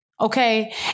Okay